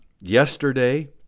Yesterday